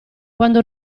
quando